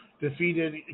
defeated